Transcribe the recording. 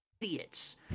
idiots